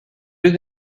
deux